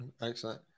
Excellent